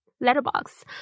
letterbox